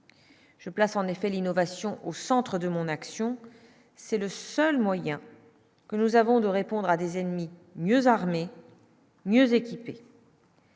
Je place en effet l'innovation au centre de mon action, c'est le seul moyen que nous avons de répondre à des ennemis mieux armées, mieux équipées.